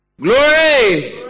Glory